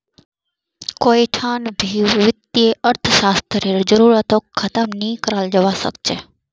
कोई ठान भी वित्तीय अर्थशास्त्ररेर जरूरतक ख़तम नी कराल जवा सक छे